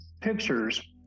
pictures